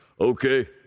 Okay